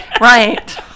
Right